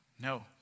No